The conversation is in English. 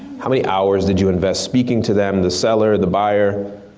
how many hours did you invest speaking to them, the seller, the buyer.